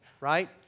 right